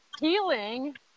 healing